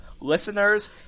Listeners